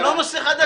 אבל זה לא נושא חדש.